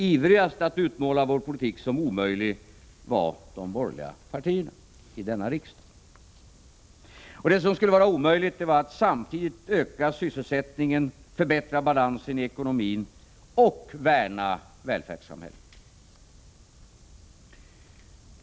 Ivrigast att utmåla vår politik som omöjlig var de borgerliga partierna i denna riksdag. Det som skulle vara omöjligt var att samtidigt öka sysselsättningen, förbättra balansen i ekonomin och värna välfärdssamhället.